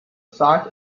site